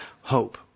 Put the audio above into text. hope